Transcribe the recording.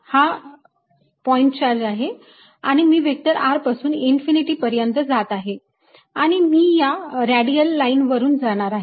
हा point charge आहे आणि मी व्हेक्टर r पासून इन्फिनिटी अंतरापर्यंत जात आहे आणि मी या रॅडियल लाईन वरून जाणार आहे